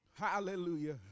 hallelujah